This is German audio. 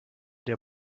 der